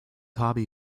hobby